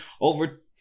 Over